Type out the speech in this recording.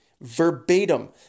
verbatim